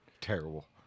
Terrible